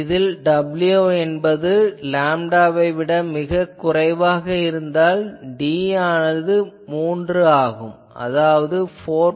இதில் w என்பது லேம்டாவை விட மிகக் குறைவாக இருந்தால் D ஆனது 3 ஆகும் அதாவது 4